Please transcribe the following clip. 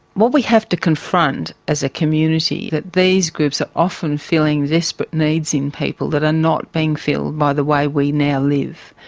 what we have to confront as a community, that these groups are often filling desperate but needs in people that are not being filled by the way we now live.